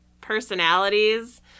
personalities